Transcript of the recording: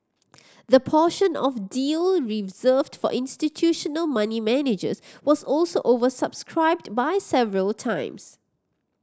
the portion of the deal reserved for institutional money managers was also oversubscribed by several times